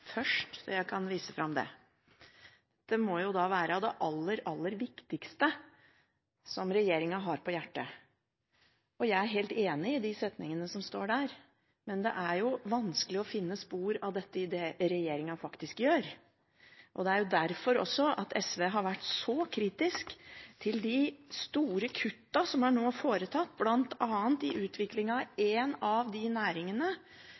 først, så jeg kan vise fram det. Det må jo da være av det aller, aller viktigste som regjeringen har på hjertet. Jeg er helt enig i de setningene som står der, men det er vanskelig å finne spor av dette i det regjeringen faktisk gjør. Det er også derfor SV har vært så kritisk til de store kuttene som nå er foretatt, bl.a. i utviklingen av en av de næringene